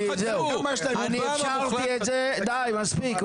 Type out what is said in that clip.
די, מספיק.